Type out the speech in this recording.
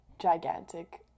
gigantic